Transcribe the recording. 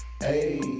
Hey